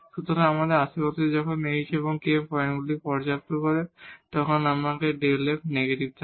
সুতরাং তাদের আশেপাশে যখন এই h এবং k এই পয়েন্টগুলিকে পর্যাপ্ত করে তখন আমাদের এই Δ f নেগেটিভ থাকে